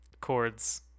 chords